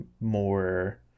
more